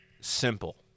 simple